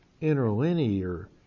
interlinear